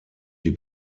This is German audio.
die